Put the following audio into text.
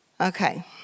Okay